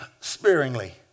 sparingly